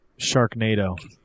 Sharknado